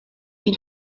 une